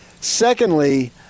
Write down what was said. secondly